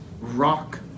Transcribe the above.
rock